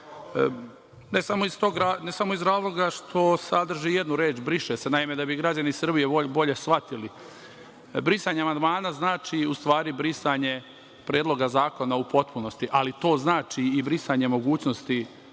ne samo iz razloga što sadrži jednu reč – briše se. Naime, da bi građani Srbije bolje shvatili, brisanje amandmana znači u stvari brisanje predloga zakona u potpunosti, ali to znači i brisanje mogućnosti